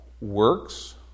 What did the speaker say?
works